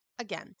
Again